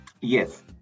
Yes